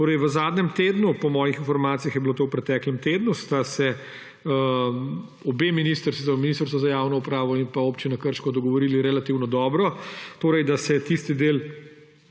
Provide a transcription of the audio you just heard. domuje. V zadnjem tednu, po mojih informacijah je bilo to v preteklem tednu, sta se oba Ministrstvo za javno upravo in pa Občina Krško dogovorila relativno dobro, da se tisti del,